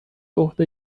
عهده